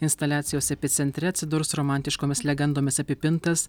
instaliacijos epicentre atsidurs romantiškomis legendomis apipintas